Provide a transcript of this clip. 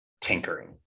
tinkering